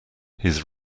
his